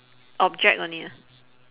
object only ah